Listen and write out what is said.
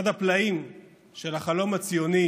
אחד הפלאים של החלום הציוני